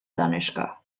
دانشگاه